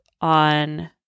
on